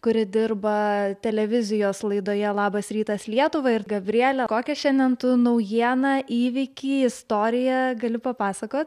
kuri dirba televizijos laidoje labas rytas lietuva ir gabriele kokią šiandien tu naujieną įvykį istoriją gali papasakot